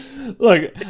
Look